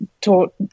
taught